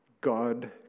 God